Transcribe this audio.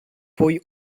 pwy